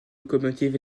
locomotives